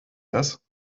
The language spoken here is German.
das